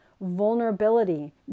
vulnerability